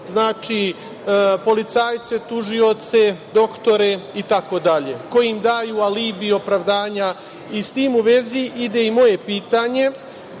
policajce, tužioce, doktore, itd, koji im daju alibi, opravdanja.S tim u vezi ide i moje pitanje,